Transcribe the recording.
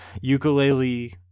ukulele